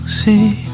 see